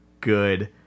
good